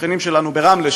השכנים שלנו ברמלה,